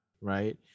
right